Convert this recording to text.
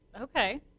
Okay